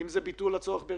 כל מי